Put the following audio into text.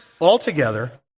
altogether